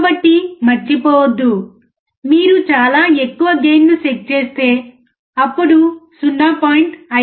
కాబట్టి మర్చిపోవద్దు మీరు చాలా ఎక్కువ గెయిన్ను సెట్ చేస్తే అప్పుడు 0